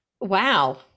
wow